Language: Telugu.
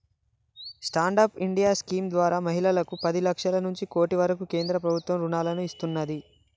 స్టాండ్ అప్ ఇండియా స్కీమ్ ద్వారా మహిళలకు పది లక్షల నుంచి కోటి వరకు కేంద్ర ప్రభుత్వం రుణాలను ఇస్తున్నాది